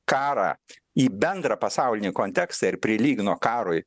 karą į bendrą pasaulinį kontekstą ir prilygino karui